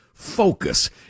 focus